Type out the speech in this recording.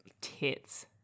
tits